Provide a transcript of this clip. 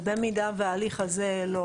ובמידה וההליך הזה לא,